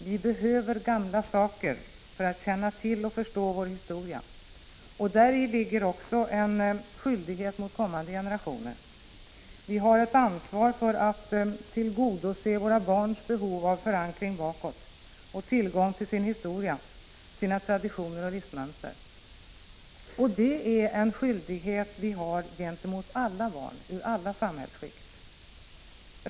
Vi behöver gamla saker för att känna till och förstå vår historia. Däri ligger också en skyldighet mot kommande generationer: vi har ett ansvar för att tillgodse våra barns behov av förankring bakåt och tillgång till sin historia, sina traditioner och livsmönster. Och det är en skyldighet vi har gentemot alla barn, ur alla samhällsskikt.